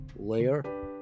layer